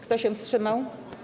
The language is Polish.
Kto się wstrzymał?